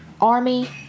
ARMY